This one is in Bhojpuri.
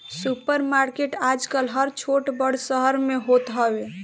सुपर मार्किट आजकल हर छोट बड़ शहर में होत हवे